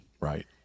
Right